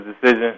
decision